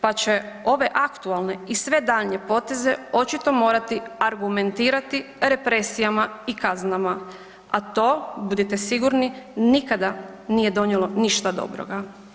Pa će ove aktualne i sve daljnje poteze očito morati argumentirati represijama i kaznama, a to budite sigurni nikada nije donijelo ništa dobroga.